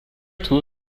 two